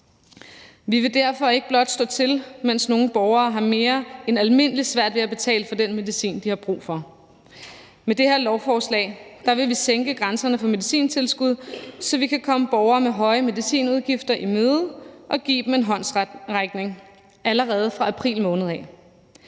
Vi vil derfor ikke blot lade stå til, mens nogle borgere har mere end almindelig svært ved at betale for den medicin, de har brug for. Med det her lovforslag vil vi sænke grænserne for medicintilskud, så vi kan komme borgere med høje medicinudgifter i møde og give dem en håndsrækning allerede fra april måned.